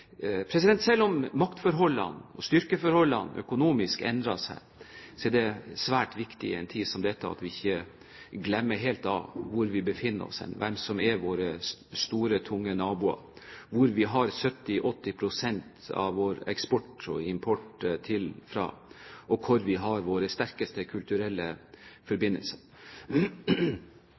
Selv om maktforholdene, styrkeforholdene, økonomisk endrer seg, er det svært viktig i en tid som dette at vi ikke helt glemmer hvor vi befinner oss, hvem som er våre store, tunge naboer, som vi har 70–80 pst. av vår eksport til og import fra, og hvor vi har våre sterkeste kulturelle forbindelser.